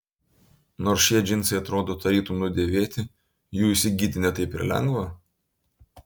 nors šie džinsai atrodo tarytum nudėvėti jų įsigyti ne taip ir lengva